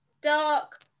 dark